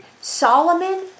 Solomon